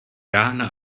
rána